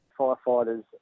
Firefighters